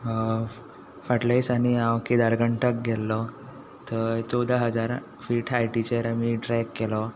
फाटल्यां दिसांनी हांव केदारकठांक गेल्लो थंय चोवदा हजारा फिट हायटिचेर आमी ट्रेक केलो